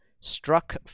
struck